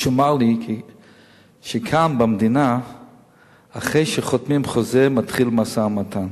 שאמר לי שכאן במדינה אחרי שחותמים חוזה מתחיל משא-ומתן.